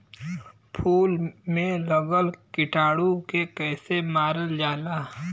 फूल में लगल कीटाणु के कैसे मारल जाला?